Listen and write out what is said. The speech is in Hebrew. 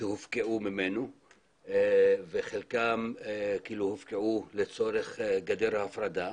שהופקעו ממנו וחלקן הופקעו לצורך גדר ההפרדה.